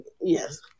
yes